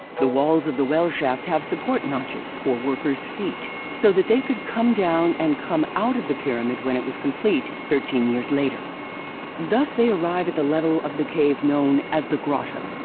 the walls of the well shaft have support notches for workers' feet so that they could come down and come out of the pyramid when it was complete, thirteen years later thus arrive at the level of the cave known as the grotto.